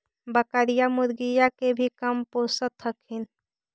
बकरीया, मुर्गीया के भी कमपोसत हखिन?